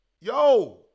Yo